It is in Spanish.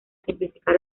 simplificar